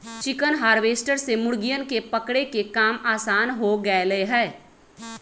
chicken harvester से मुर्गियन के पकड़े के काम आसान हो गैले है